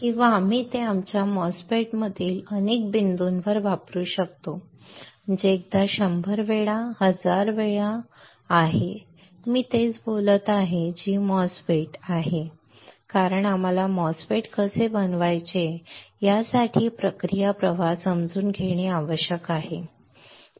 किंवा आम्ही ते आमच्या MOSFET मधील अनेक बिंदूंवर वापरू शकतो जे एकदा 100 वेळा 1000 वेळा आहे मी तेच बोलत आहे जी MOSFET MOSFET MOSFET आहे का कारण आम्हाला MOSFET कसे बनवायचे यासाठी प्रक्रिया प्रवाह समजून घेणे आवश्यक आहे